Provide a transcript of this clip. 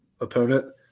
opponent